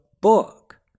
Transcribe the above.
book